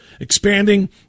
expanding